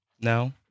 No